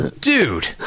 dude